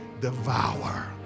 devour